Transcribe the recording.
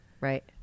Right